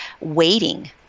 waiting